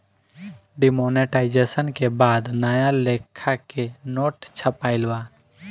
demonetisation के बाद नया लेखा के नोट छपाईल बा